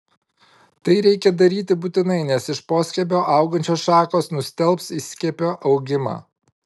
tai reikia daryti būtinai nes iš poskiepio augančios šakos nustelbs įskiepio augimą